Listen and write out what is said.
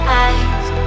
eyes